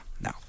No